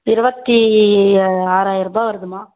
இருபத்தி ஆறாயிரம் ருபாய் வருதும்மா